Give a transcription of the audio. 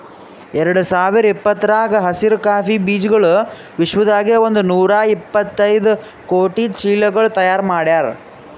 ಎರಡು ಸಾವಿರ ಇಪ್ಪತ್ತರಾಗ ಹಸಿರು ಕಾಫಿ ಬೀಜಗೊಳ್ ವಿಶ್ವದಾಗೆ ಒಂದ್ ನೂರಾ ಎಪ್ಪತ್ತೈದು ಕೋಟಿ ಚೀಲಗೊಳ್ ತೈಯಾರ್ ಮಾಡ್ಯಾರ್